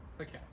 Okay